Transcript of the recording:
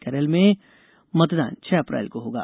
केरल में मतदान छह अप्रैल को होगा